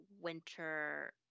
winter